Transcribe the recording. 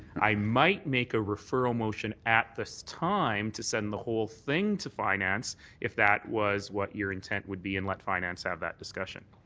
i might make a referral motion at this time to send the whole thing to finance if that was what your intent would be and let finance have that discussion.